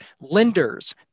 lenders